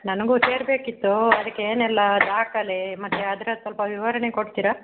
ನನಗೂ ಸೇರಬೇಕಿತ್ತು ಅದಕ್ಕೆ ಏನೆಲ್ಲ ದಾಖಲೆ ಮತ್ತು ಅದರ ಸ್ವಲ್ಪ ವಿವರಣೆ ಕೊಡ್ತೀರಾ